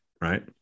Right